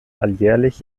alljährlich